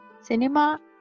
Cinema